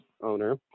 owner